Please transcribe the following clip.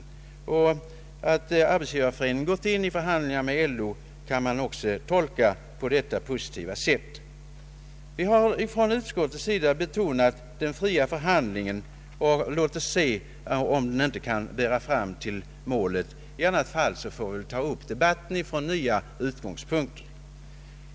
Det förhållandet att Arbetsgivareföreningen gått i förhandlingar med LO kan också tolkas på detta positiva sätt. Vi har från utskottets sida betonat den fria förhandlingens betydelse och att vi bör avvakta om inte denna kan leda fram till målet. I annat fall får vi ta upp debatten från nya utgångspunkter.